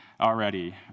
already